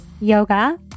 yoga